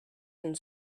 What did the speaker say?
and